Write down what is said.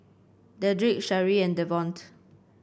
Dedrick Sharee and Devonte